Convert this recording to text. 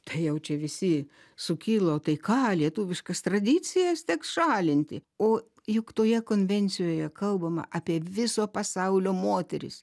tai jau čia visi sukilo tai ką lietuviškas tradicijas teks šalinti o juk toje konvencijoje kalbama apie viso pasaulio moteris